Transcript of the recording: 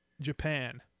japan